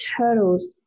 turtles